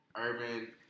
urban